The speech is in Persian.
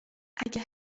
اگه